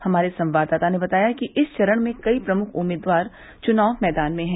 हमारे संवाददाता ने बताया है कि इस चरण में कई प्रमुख उम्मीदवार चुनाव मैदान में है